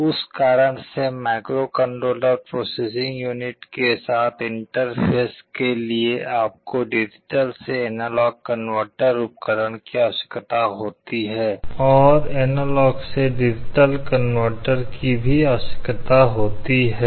उस कारण से माइक्रोकंट्रोलर प्रोसेसिंग यूनिट के साथ इंटरफेस के लिए आपको डिजिटल से एनालॉग कनवर्टर उपकरण की आवश्यकता होती है और एनालॉग से डिजिटल कनवर्टर की भी आवश्यकता होती है